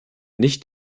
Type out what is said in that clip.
nicht